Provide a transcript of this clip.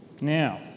Now